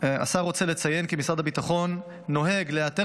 השר רוצה לציין כי משרד הביטחון נוהג להיעתר